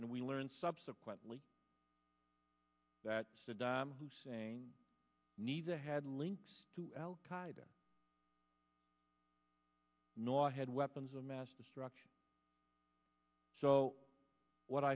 and we learned subsequently that saddam hussein neither had links to al qaida nor had weapons of mass destruction so what